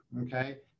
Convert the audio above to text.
okay